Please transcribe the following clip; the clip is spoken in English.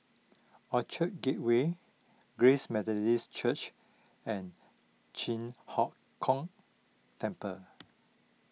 Orchard Gateway Grace Methodist Church and Chi Hock Keng Temple